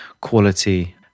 quality